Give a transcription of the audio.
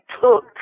took